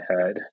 head